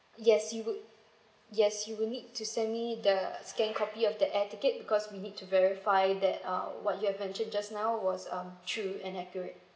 yes you would yes you'll need to send me the scanned copy of the air ticket because we need to verify that uh what you have mentioned just now was um true and accurate